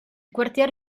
quartier